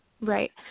Right